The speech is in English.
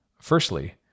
Firstly